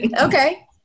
Okay